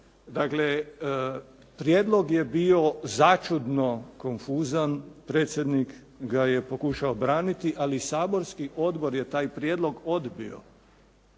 Dakle, prijedlog je bio začudno konfuzan. Predsjednik ga je pokušao braniti, ali saborski odbor je taj prijedlog odbio.